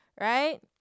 right